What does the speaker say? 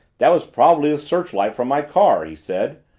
that was probably the searchlight from my car! he said.